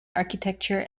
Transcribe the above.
architecture